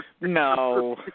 No